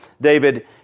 David